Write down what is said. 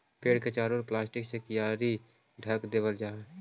पेड़ के चारों ओर प्लास्टिक से कियारी ढँक देवल जा हई